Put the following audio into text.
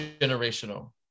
generational